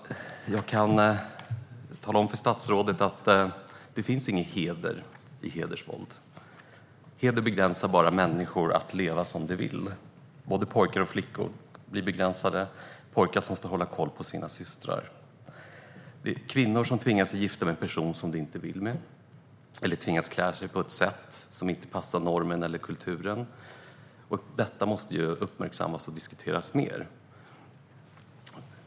Jag kan tala om för statsrådet att det inte finns någon heder i "hedersvåld", som bara begränsar människors möjlighet att leva som de vill. Både pojkar och flickor blir begränsade. Pojkar ska hålla koll på sina systrar. Kvinnor tvingas bli gifta med personer som de inte vill gifta sig med, eller tvingas klä sig på ett sätt som passar normen eller kulturen. Detta måste uppmärksammas och diskuteras mer.